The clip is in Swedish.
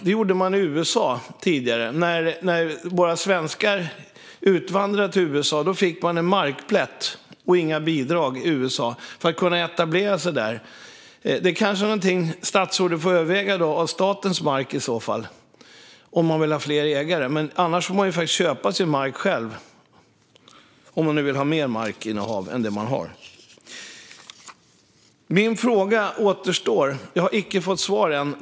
Det gjordes i USA tidigare; när våra svenskar utvandrade till USA fick de en markplätt - och inga bidrag - för att kunna etablera sig. Det kanske är någonting som statsrådet får överväga när det gäller statens mark, om han vill ha fler ägare. Annars får människor faktiskt köpa sin mark själv, om de nu vill ha mer mark än den de har. Min fråga återstår. Jag har icke fått svar än.